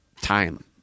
time